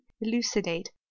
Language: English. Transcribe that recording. elucidate